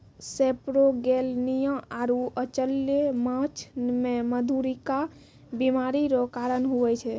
सेपरोगेलनिया आरु अचल्य माछ मे मधुरिका बीमारी रो कारण हुवै छै